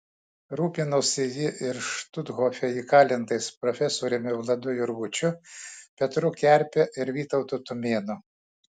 rūpinosi ji ir štuthofe įkalintais profesoriumi vladu jurgučiu petru kerpe ir vytautu tumėnu